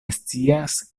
scias